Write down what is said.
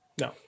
No